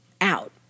out